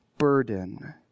burden